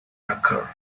occur